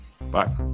Bye